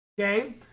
Okay